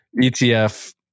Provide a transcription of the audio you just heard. ETF